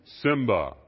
Simba